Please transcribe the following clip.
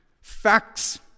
Facts